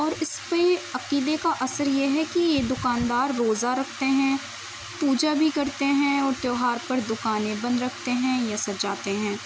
اور اس پہ عقیدے کا اثر یہ ہے کہ دکان دار روزہ رکھتے ہیں پوجا بھی کرتے ہیں اور تہوار پر دکانیں بند رکھتے ہیں یا سجاتے ہیں